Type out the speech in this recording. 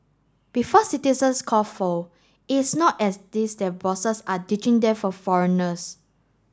before citizens foul it's not as this their bosses are ditching them for foreigners